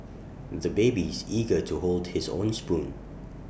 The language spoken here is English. the baby is eager to hold his own spoon